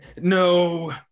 No